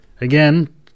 Again